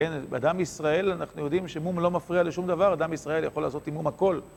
כן, אדם ישראל, אנחנו יודעים שמום לא מפריע לשום דבר, אדם ישראל יכול לעשות עם מום הכל.